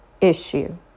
issue